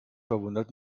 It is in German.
verwundert